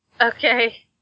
Okay